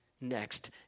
next